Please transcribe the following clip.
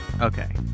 Okay